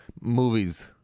Movies